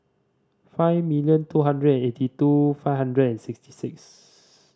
five million two hundred eighty two five hundred sixty six